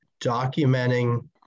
documenting